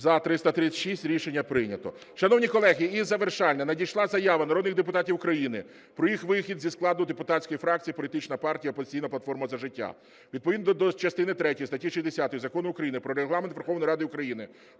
За – 336 Рішення прийнято. Шановні колеги, і завершальне. Надійшла заява народних депутатів України про їх вихід зі складу депутатської фракції політичної партії "Опозицій на платформа – За життя". Відповідно до частини третьої статті 60 Закону України "Про Регламент Верховної Ради України"